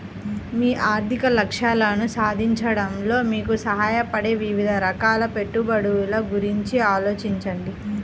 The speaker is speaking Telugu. మీ ఆర్థిక లక్ష్యాలను సాధించడంలో మీకు సహాయపడే వివిధ రకాల పెట్టుబడుల గురించి ఆలోచించండి